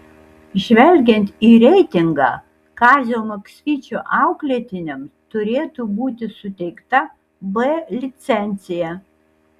žvelgiant į reitingą kazio maksvyčio auklėtiniams turėtų būti suteikta b licencija